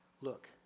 look